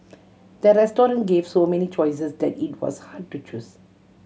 the restaurant gave so many choices that it was hard to choose